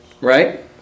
Right